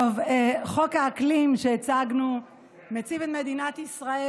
חוק האקלים שהצגנו מציב את מדינת ישראל